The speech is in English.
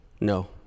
No